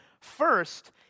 First